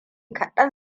kaɗan